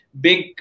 big